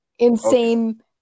Insane